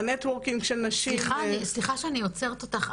סליחה שאני עוצרת אותך.